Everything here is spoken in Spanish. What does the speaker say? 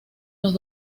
los